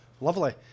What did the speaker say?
lovely